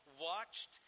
watched